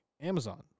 Amazon